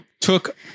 took